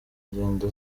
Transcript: ingendo